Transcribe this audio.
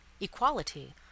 equality